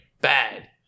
bad